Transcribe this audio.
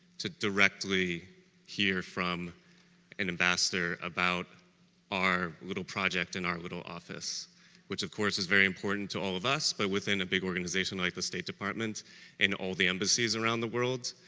to directly hear from an ambassador about our little project and our little office which of course is very important to all of us but within a big organisation like the state department and all the embassies around the world,